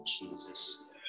Jesus